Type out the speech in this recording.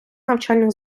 навчальних